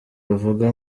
bavuga